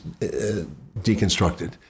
deconstructed